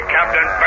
Captain